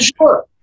sure